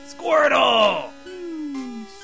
Squirtle